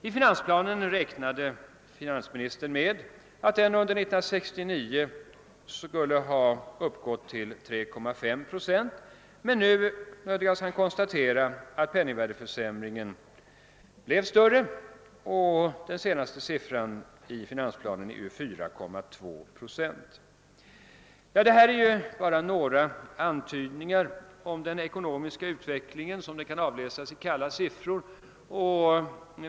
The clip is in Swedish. I finansplanen räknade finansministern med att penningvärdeförsämringen under 1969 skulle ha uppgått till 3,5 procent, men han nödgas nu konstatera att den blev större, och den senaste siffran i finansplanen är 4,2 procent. Detta är bara några antydningar om den ekonomiska utvecklingen sådan som den kan avläsas i kalla siffror.